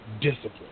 discipline